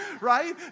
right